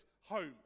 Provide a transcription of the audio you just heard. home